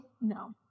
no